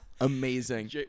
Amazing